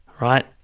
right